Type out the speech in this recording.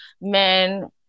men